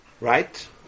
Right